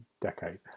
decade